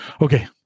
Okay